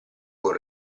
con